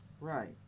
Right